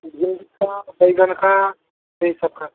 भिंडी का बैंगन का यही सब का